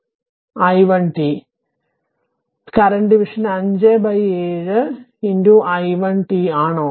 നിലവിലെ division 57 i 1t ആണോ